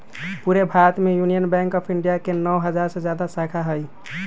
पूरे भारत में Union Bank of India के नौ हजार से जादा शाखा हई